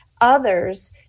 others